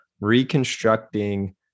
Reconstructing